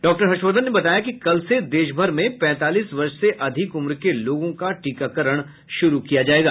doctor Harshvardhan ने बताया कि कल से देशभर में पैंतालीस वर्ष से अधिक उम्र के लोगों का टीकाकरण शुरू किया जाएगा